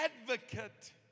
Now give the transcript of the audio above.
advocate